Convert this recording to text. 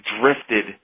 drifted